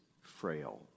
frail